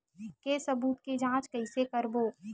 के सबूत के जांच कइसे करबो?